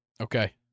Okay